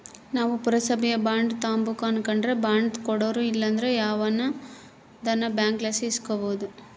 ನಾವು ಪುರಸಬೇದು ಬಾಂಡ್ ತಾಂಬಕು ಅನಕಂಡ್ರ ಬಾಂಡ್ ಕೊಡೋರು ಇಲ್ಲಂದ್ರ ಯಾವ್ದನ ಬ್ಯಾಂಕ್ಲಾಸಿ ಇಸ್ಕಬೋದು